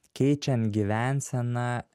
keičiant gyvenseną